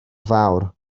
fawr